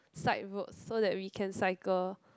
side roads so that we can cycle